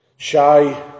Shy